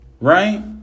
Right